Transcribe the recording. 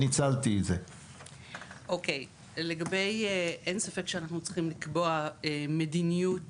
אין ספק שאנחנו צריכים לקבוע מדיניות